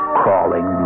crawling